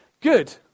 Good